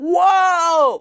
Whoa